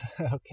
Okay